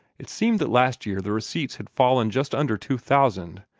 it seemed that last year the receipts had fallen just under two thousand